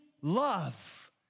love